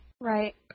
Right